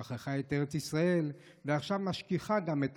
שכחה את ארץ ישראל ועכשיו משכיחה גם את